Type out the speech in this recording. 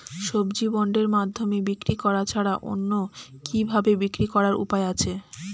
সবজি বন্ডের মাধ্যমে বিক্রি করা ছাড়া অন্য কি কি ভাবে বিক্রি করার উপায় আছে?